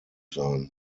sein